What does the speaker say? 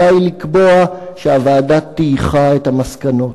עלי לקבוע שהוועדה טייחה את המסקנות,